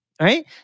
Right